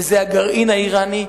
וזה הגרעין האירני,